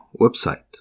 website